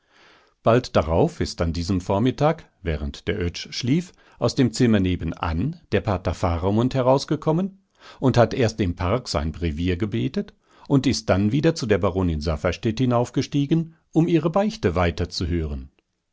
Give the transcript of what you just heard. bald darauf ist an diesem vormittag während der oetsch schlief aus dem zimmer nebenan der pater faramund herausgekommen und hat erst im park sein brevier gebetet und ist dann wieder zu der baronin safferstätt hinaufgestiegen um ihre beichte weiter